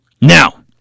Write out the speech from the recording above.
Now